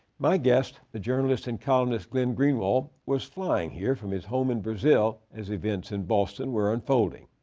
my guest, the journalist and columnist glenn greenwald, was flying here from his home in brazil as events in boston were unfolding.